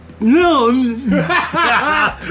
No